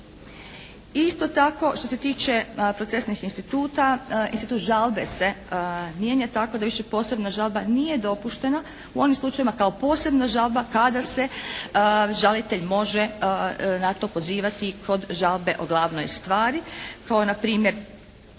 Isto tako što se tiče procesnih instituta, institut žalbe se mijenja tako da više posebna žalba nije dopuštena u onim slučajevima kao posebna žalba kada se žalitelj može na to pozivati kod žalbe o glavnoj stvari. Kao npr.